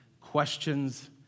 questions